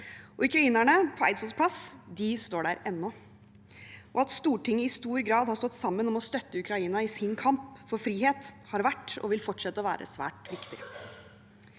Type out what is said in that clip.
ukrainerne på Eidsvolls plass står der ennå. At Stortinget i stor grad har stått sammen om å støtte Ukraina i kampen for frihet, har vært og vil fortsette å være svært viktig.